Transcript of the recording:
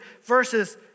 verses